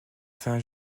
fin